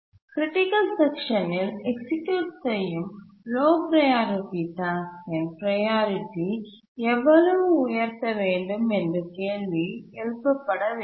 critical section ல் execute செய்யும் low priority டாஸ்க்யின் ப்ரையாரிட்டி எவ்வளவு உயர்த்த வேண்டும் என்ற கேள்வி எழுப்பப்பட வேண்டும்